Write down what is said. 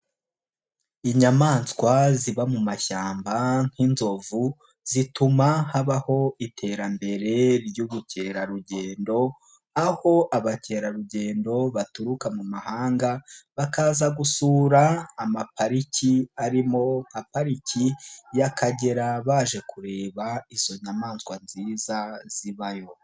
Inyamanswa ziba mu mashyamba nk'inzovu zituma habaho iterambere ry'ubukerarugendo, aho abakerarugendo baturuka mu mahanga bakaza gusura amapariki arimo nka pariki y'Akagera baje kureba izo nyamanswa nziza zibaho.